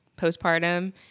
postpartum